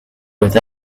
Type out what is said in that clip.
with